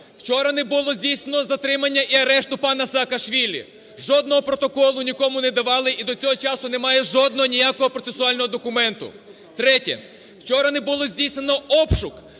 Вчора не було здійснено затримання і арешту пана Саакашвілі, жодного протоколу нікому не давали і до цього часу немає жодного ніякого процесуального документу. Третє. Вчора не було здійснено обшук,